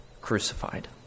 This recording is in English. crucified